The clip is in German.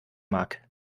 mag